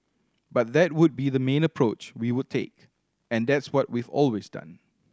but that would be the main approach we would take and that's what we've always done